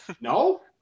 no